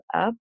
up